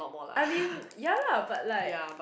I mean ya lah but like